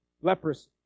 leprosy